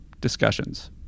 discussions